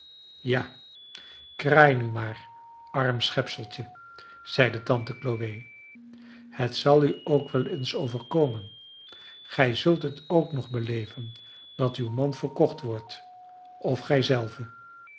ja kraai nu maar arm schepseltje zeide tante chloe het zal u ook wel eens overkomen gij zult het ook nog beleven dat uw man verkocht wordt of gij zelve